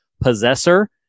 Possessor